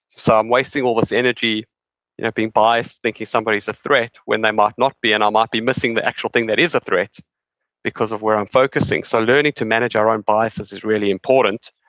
so i'm wasting all this energy being biased thinking somebody's a threat when they might not be and i might be missing the actual thing that is a threat because of where i'm focusing. so, learning to manage our own biases is really important